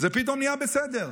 זה פתאום נהיה בסדר.